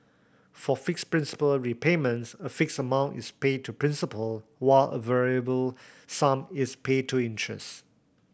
for fixed principal repayments a fixed amount is paid to principal while a variable sum is paid to interest